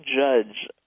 judge